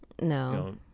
No